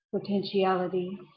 potentiality